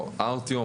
או ארטיום,